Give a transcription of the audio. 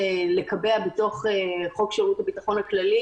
לא תוכן ולא כל הדברים שמאוד